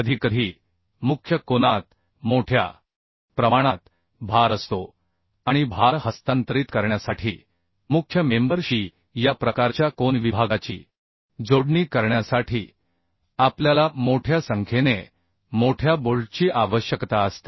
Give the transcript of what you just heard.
कधीकधी मुख्य कोनात मोठ्या प्रमाणात भार असतो आणि भार हस्तांतरित करण्यासाठी मुख्य मेंबर शी या प्रकारच्या कोन विभागाची जोडणी करण्यासाठी आपल्याला मोठ्या संख्येने मोठ्या बोल्टची आवश्यकता असते